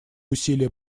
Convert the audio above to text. усилия